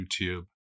YouTube